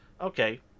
Okay